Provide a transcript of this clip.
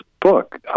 book